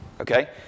Okay